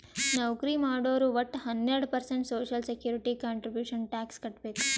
ನೌಕರಿ ಮಾಡೋರು ವಟ್ಟ ಹನ್ನೆರಡು percent social security contribution tax ಕಟ್ಬೇಕ್